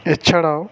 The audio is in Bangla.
এছাড়াও